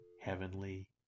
heavenly